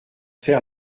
faire